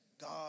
God